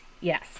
Yes